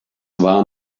war